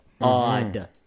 odd